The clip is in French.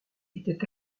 étaient